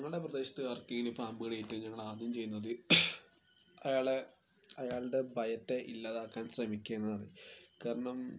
ഞങ്ങളുടെ പ്രദേശത്ത് ആർക്കേലും പാമ്പുകടിയേറ്റു കഴിഞ്ഞാൽ ഞങ്ങൾ ആദ്യം ചെയ്യുന്നത് അയാളെ അയാളുടെ ഭയത്തെ ഇല്ലാതാക്കാൻ ശ്രമിക്കുക എന്നതാണ് കാരണം